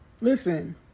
Listen